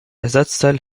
ersatzteil